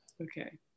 okay